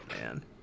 man